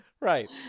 Right